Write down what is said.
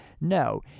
No